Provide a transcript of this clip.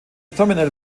terminal